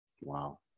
wow